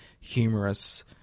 humorous